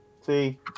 See